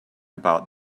about